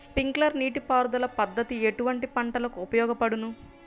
Sprinkler నీటిపారుదల పద్దతి ఎటువంటి పంటలకు ఉపయోగపడును?